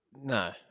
No